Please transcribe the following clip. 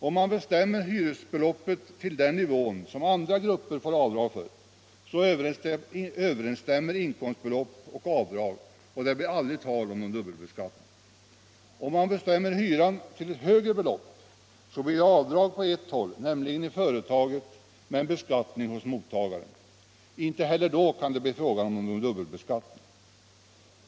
Om man bestämmer hyresbeloppet till den nivå som andra grupper får avdrag för, över 41 ensstämmer inkomstbelopp och avdrag, och det blir aldrig tal om någon dubbelbeskattning. Om man bestämmer hyran till ett högre belopp, blir det avdrag på ett håll — nämligen i företaget — men beskattning hos mottagaren. Inte heller då kan det bli fråga om någon dubbelbeskattning.